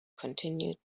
continued